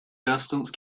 distance